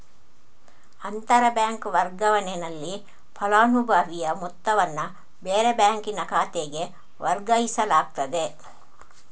ಅಂತರ ಬ್ಯಾಂಕ್ ವರ್ಗಾವಣೆನಲ್ಲಿ ಫಲಾನುಭವಿಯ ಮೊತ್ತವನ್ನ ಬೇರೆ ಬ್ಯಾಂಕಿನ ಖಾತೆಗೆ ವರ್ಗಾಯಿಸಲಾಗ್ತದೆ